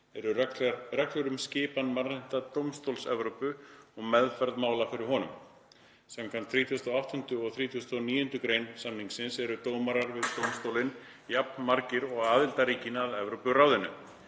eru reglur um skipan Mannréttindadómstóls Evrópu og meðferð mála fyrir honum. Samkvæmt 38. og 39. gr. samningsins eru dómarar við dómstólinn jafnmargir og aðildarríkin að Evrópuráðinu,